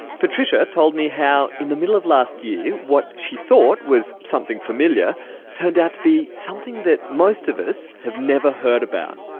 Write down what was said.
patricia told me how in the middle of last year what she thought was something familiar turned out to be something that most of us have never heard about.